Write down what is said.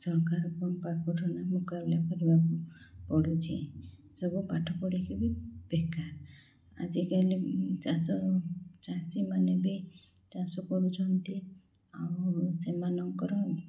ସରକାରଙ୍କ ମୁକାବଲା କରିବାକୁ ପଡ଼ୁଛି ସବୁ ପାଠ ପଢ଼ିକି ବି ବେକାର ଆଜିକାଲି ଚାଷ ଓ ଚାଷୀମାନେ ବି ଚାଷ କରୁଛନ୍ତି ଆଉ ସେମାନଙ୍କର